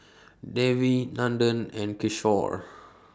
Devi Nandan and Kishore